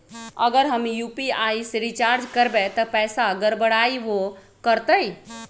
अगर हम यू.पी.आई से रिचार्ज करबै त पैसा गड़बड़ाई वो करतई?